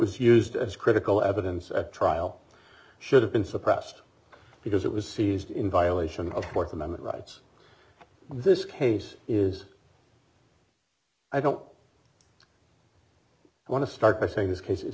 was used as critical evidence at trial should have been suppressed because it was seized in violation of th amendment rights this case is i don't want to start by saying this case is